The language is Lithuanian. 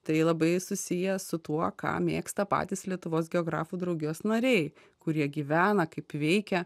tai labai susiję su tuo ką mėgsta patys lietuvos geografų draugijos nariai kurie gyvena kaip veikia